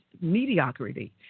mediocrity